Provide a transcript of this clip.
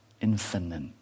infinite